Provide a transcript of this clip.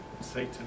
Satan